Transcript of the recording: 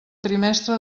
trimestre